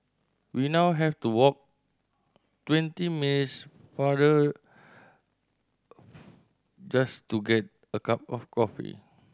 we now have to walk twenty minutes farther just to get a cup of coffee